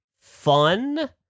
fun